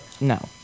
No